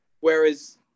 whereas